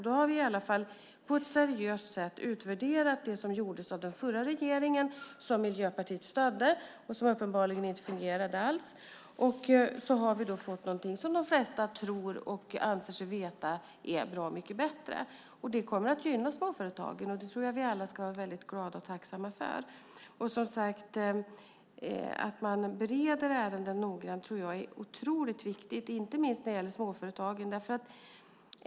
Då har vi i alla fall på ett seriöst sätt utvärderat det som gjordes av den förra regeringen, som Miljöpartiet stödde och som uppenbarligen inte fungerade alls. Då har vi fått någonting som de flesta tror och anser sig veta är bra mycket bättre. Det kommer att gynna småföretagen, och det tror jag att vi alla ska vara väldigt glada och tacksamma för. Jag tror, som sagt, att det är otroligt viktigt att man bereder ärenden noggrant, inte minst när det gäller småföretagen.